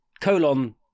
colon